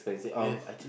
yes